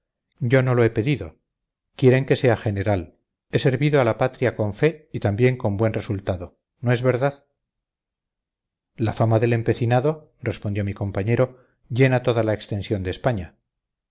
yo no lo he pedido quieren que sea general he servido a la patria con fe y también con buen resultado no es verdad la fama del empecinado respondió mi compañero llena toda la extensión de españa